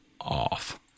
off